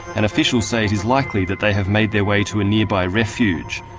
and officials say it is likely that they have made their way to a nearby refuge.